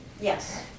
Yes